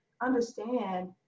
understand